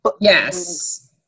Yes